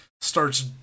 starts